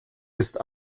ist